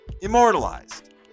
Immortalized